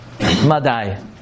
Madai